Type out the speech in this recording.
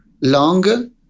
long